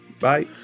Bye